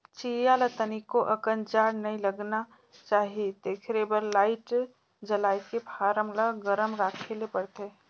चीया ल तनिको अकन जाड़ नइ लगना चाही तेखरे बर लाईट जलायके फारम ल गरम राखे ले परथे